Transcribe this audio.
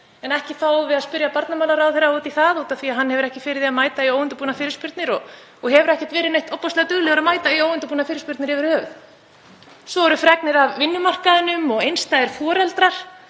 en ekki fáum við að spyrja barnamálaráðherra út í það út af því að hann hefur ekki fyrir því að mæta í óundirbúnar fyrirspurnir og hefur ekki verið neitt ofboðslega duglegur að mæta í óundirbúnar fyrirspurnir yfir höfuð. Svo eru fregnir af vinnumarkaðnum og einstæðum foreldrum